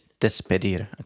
Despedir